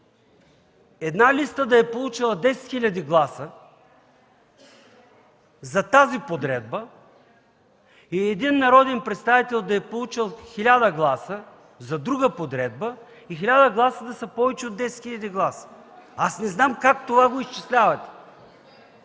една листа да е получила 10 хил. гласа за тази подредба, а един народен представител да е получил 1000 гласа за друга подредба и 1000 гласа да са повече от 10 хил. гласа? (Реплики от ГЕРБ.) Не знам как изчислявате